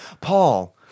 Paul